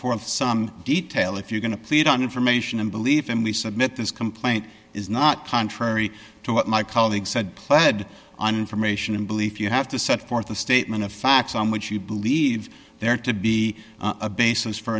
forth some detail if you're going to plead on information and belief and we submit this complaint is not contrary to what my colleague said pled on from ation and belief you have to set forth a statement of facts on which you believe there to be a basis for